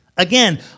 Again